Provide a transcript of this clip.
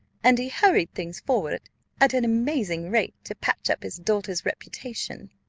and he hurried things forward at an amazing rate, to patch up his daughter's reputation.